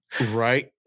right